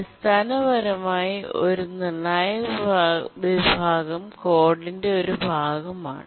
അടിസ്ഥാനപരമായി ഒരു നിർണ്ണായക വിഭാഗം കോഡിന്റെ ഒരു ഭാഗമാണ്